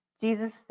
Jesus